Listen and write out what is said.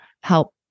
help